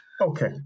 Okay